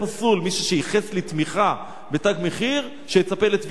מי שייחס לי תמיכה ב"תג מחיר", שיצפה לתביעת דיבה.